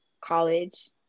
college